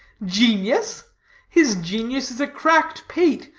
genius his genius is a cracked pate,